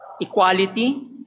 equality